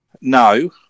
No